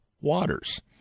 waters